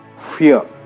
fear